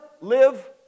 live